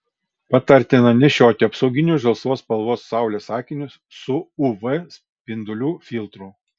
patartina nešioti apsauginius žalsvos spalvos saulės akinius su uv spindulių filtru